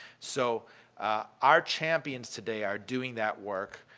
so our champions today are doing that work,